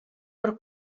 per